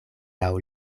laŭ